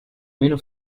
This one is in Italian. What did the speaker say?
meno